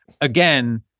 Again